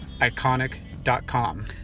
Iconic.com